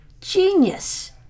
Genius